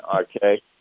Okay